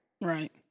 Right